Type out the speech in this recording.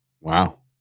wow